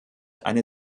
eine